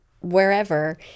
wherever